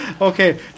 okay